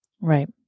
Right